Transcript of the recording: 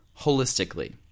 holistically